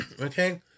Okay